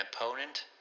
opponent